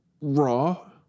raw